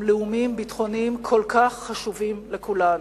לאומיים ביטחוניים כל כך חשובים לכולנו.